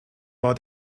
war